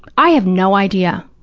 i have no idea.